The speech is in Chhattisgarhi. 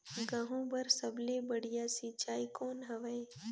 गहूं बर सबले बढ़िया सिंचाई कौन हवय?